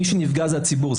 מי שנפגע זה הציבור,